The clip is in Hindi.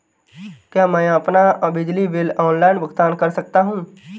क्या मैं अपना बिजली बिल ऑनलाइन भुगतान कर सकता हूँ?